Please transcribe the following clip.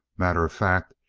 matter of fact,